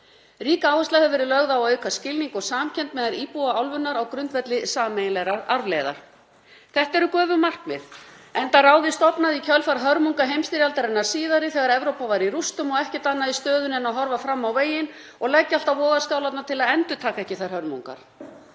Rík áhersla hefur verið lögð á að auka skilning og samkennd meðal íbúa álfunnar á grundvelli sameiginlegrar arfleifðar. Þetta eru göfug markmið, enda ráðið stofnað í kjölfar hörmunga heimsstyrjaldarinnar síðari þegar Evrópa var í rústum og ekkert annað í stöðunni en að horfa fram á veginn og leggja allt á vogarskálarnar til að endurtaka ekki þær hörmungar.